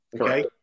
Okay